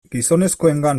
gizonezkoengan